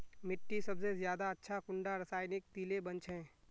मिट्टी सबसे ज्यादा अच्छा कुंडा रासायनिक दिले बन छै?